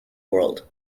world